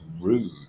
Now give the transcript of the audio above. rude